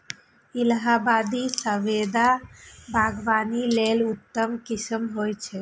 इलाहाबादी सफेदा बागवानी लेल उत्तम किस्म होइ छै